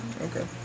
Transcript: Okay